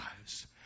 eyes